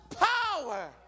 power